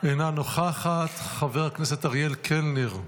אינה נוכחת, חבר הכנסת אריאל קלנר,